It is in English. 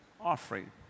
offering